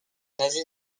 asie